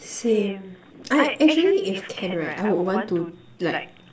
same I actually if can right I would want to like